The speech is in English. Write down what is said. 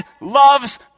loves